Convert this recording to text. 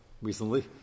Recently